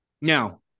Now